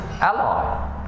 ally